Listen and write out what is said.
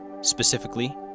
specifically